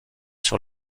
sur